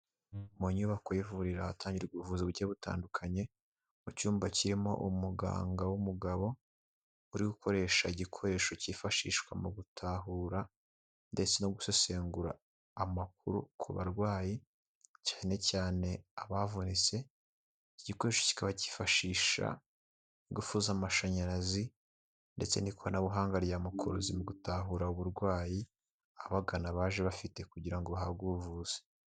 Mu nyubako y'ivuriro ahatangirwa ubuvuzi bugiye butandukanye, mu cyumba kirimo umuganga w'umugabo uri gukoresha igikoresho cyifashishwa mu gutahura ndetse no gusesengura amakuru ku barwayi, cyane cyane abavunitse, iki gikoresho kikaba kifashisha ingufu z'amashanyarazi ndetse n'ikoranabuhanga rya mukuruzi mu gutahura uburwayi ababagana baje bafite kugira ngo bahabwe ubuvuzi.